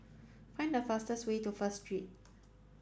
find the fastest way to First Street